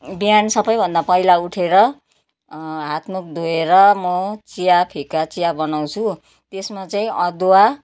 बिहान सबैभन्दा पहिला उठेर हातमुख धोएर म चिया फिका चिया बनाउँछु त्यसमा चाहिँ अदुवा